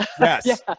Yes